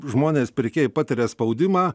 žmonės pirkėjai patiria spaudimą